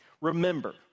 Remember